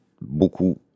beaucoup